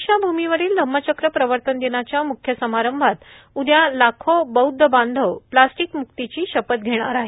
दीक्षाभूमीवरील धम्मचक्र प्रवर्तन दिनाच्या म्ख्य समारंभात उद्या मंगवारी लाखो बौदध बांधव प्लास्टिक म्क्तीची शपथ घेणार आहे